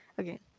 Okay